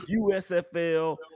USFL